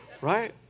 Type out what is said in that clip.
right